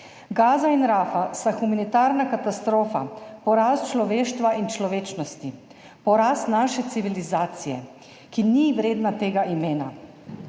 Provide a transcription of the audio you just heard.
Gaza in Rafa sta humanitarni katastrofi, poraz človeštva in človečnosti, poraz naše civilizacije, ki ni vredna tega imena.